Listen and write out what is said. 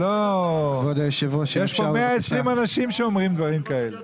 יש פה 120 אנשים שאומרים דברים כאלה.